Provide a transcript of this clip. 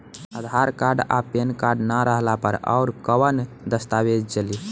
आधार card आ PAN card ना रहला पर अउरकवन दस्तावेज चली?